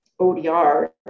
ODR